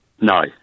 No